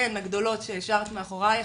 כן הגדולות שהשארת מאחורייך,